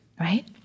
right